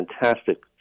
fantastic